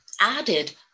added